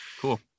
Cool